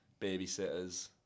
babysitters